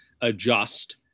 adjust